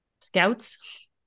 Scouts